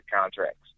contracts